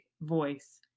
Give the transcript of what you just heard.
voice